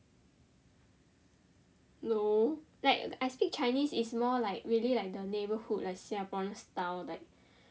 no like I speak chinese is more like really like the neighbour like singaporean style